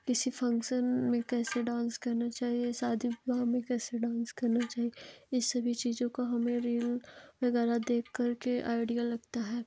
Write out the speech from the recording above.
किसी फंक्सन में कैसे डांस करना चाहिए शादी विवाह में कैसे डांस करना चाहिए इस सभी चीजों का हमें रील वगैरह देख करके आइडिया लगता है